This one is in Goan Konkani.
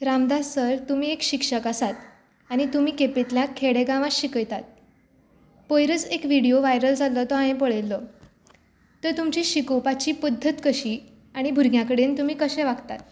रामदास सर तुमी एक शिक्षक आसात आनी तुमी केपेंतल्या खेडे गांवांत शिकयतात पयरच एक विडिओ वायरल जाल्लो तो हांवें पळयल्लो थंय तुमची शिकोपाची पद्धत कशी आनी भुरग्यां कडेन तुमी कशे वागतात